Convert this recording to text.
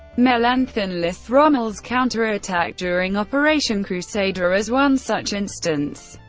mellenthin lists rommel's counterattack during operation crusader as one such instance.